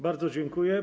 Bardzo dziękuję.